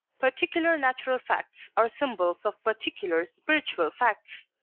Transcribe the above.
particular natural facts are symbols of particular spiritual facts.